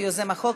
כיוזם החוק,